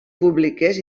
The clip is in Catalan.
públiques